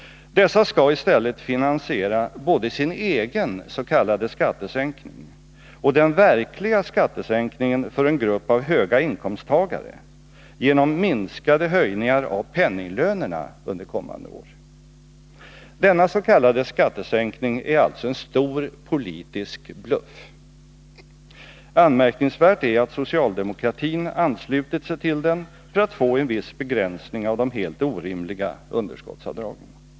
Dessa skall i stället finansiera både sin egen s.k. skattesänkning och den verkliga skattesänkningen för en grupp av höginkomsttagare genom minskade höjningar av penninglönerna under kommande år. Denna s.k. skattesänkning är alltså en stor politisk bluff. Anmärkningsvärt är att socialdemokratin anslutit sig till den för att få till stånd en viss begränsning av de helt orimliga underskottsavdragen.